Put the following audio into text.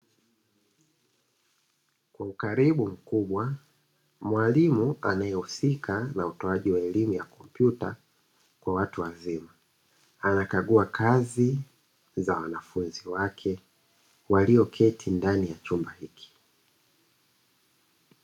Kwa ukaribu mkubwa mwalimu anayehusika na utoaji wa elimu kwa watu wazima, anakagua kazi za wanafunzi wake walioketi ndani ya chumba hicho.